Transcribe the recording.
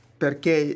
perché